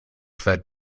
fed